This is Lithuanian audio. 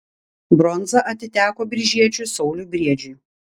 bronza atiteko biržiečiui sauliui briedžiui